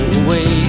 away